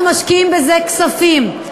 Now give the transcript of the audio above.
אנחנו משקיעים בזה כספים.